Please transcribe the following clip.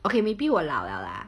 okay maybe 我老 liao lah